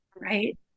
right